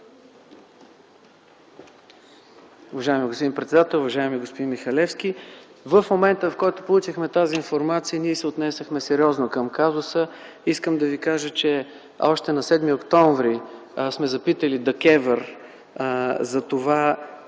В момента, в който получихме тази информация, ние се отнесохме сериозно към казуса и искам да Ви кажа, че още на 7 октомври сме запитали ДКЕВР за това